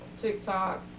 TikTok